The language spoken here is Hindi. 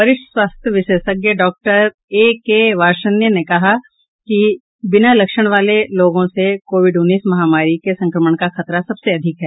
वरिष्ठ स्वास्थ्य विशेषज्ञ डॉक्टर ए के वार्ष्णेय ने कहा है कि बिना लक्षण वाले लोगों से कोविड उन्नीस महामारी के संक्रमण का खतरा सबसे अधिक है